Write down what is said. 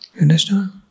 understand